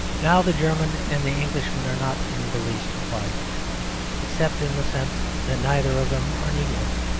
now the german and the englishman are not in the least alike except in the sense that neither of them are negroes.